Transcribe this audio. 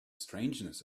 strangeness